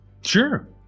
Sure